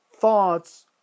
Thoughts